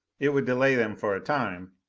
it would delay them for a time,